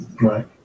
right